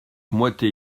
moitié